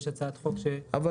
יש הצעת חוק ש --- כן,